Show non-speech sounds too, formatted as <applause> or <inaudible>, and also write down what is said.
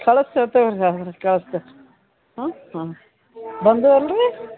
ಕಳಿಸ್ ಒತ್ತೇವ್ <unintelligible> ಕಳ್ಸಿ ಹ್ಞೂ ಹ್ಞೂ ಬಂದೋ ಅಲ್ಲ ರಿ